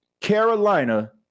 Carolina